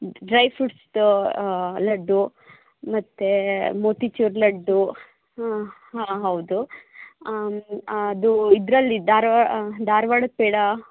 dry ಫ್ರುಟ್ಸ್ದು ಲಡ್ಡು ಮತ್ತು motichoor laddu ಹಾಂ ಹೌದು ಅದು ಇದರಲ್ಲಿ ಧಾರವಾಡ ಧಾರವಾಡದ ಪೇಡ